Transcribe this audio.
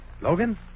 Logan